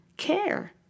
care